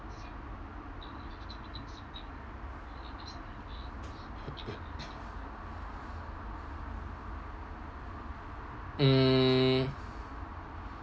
hmm